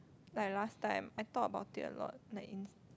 like last time I thought about it a lot